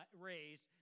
raised